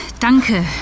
Danke